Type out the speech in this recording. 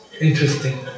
interesting